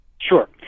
Sure